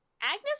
Agnes